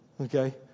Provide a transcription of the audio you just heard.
okay